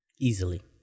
easily